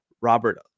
Robert